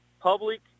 public